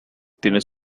tiene